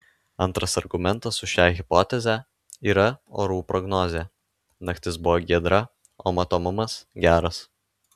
antras argumentas už šią hipotezę yra orų prognozė naktis buvo giedra o matomumas geras